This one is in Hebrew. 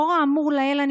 לאור האמור לעיל,